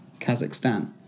kazakhstan